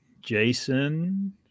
Jason